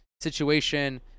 situation